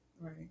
right